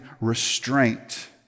restraint